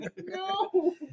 No